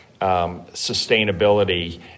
sustainability